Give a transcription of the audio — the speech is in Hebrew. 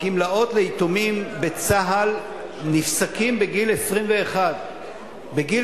הגמלאות ליתומי צה"ל נפסקות בגיל 21. מגיל